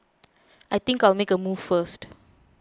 I think I'll make a move first